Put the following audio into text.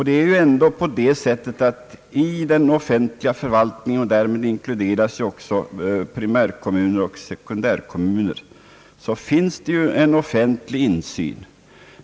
Dessutom finns det ju i vår förvaltning och alltså även i primäroch sekundärkommuner en offentlig insyn.